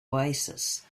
oasis